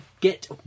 get